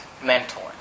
mentor